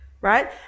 right